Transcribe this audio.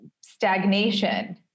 stagnation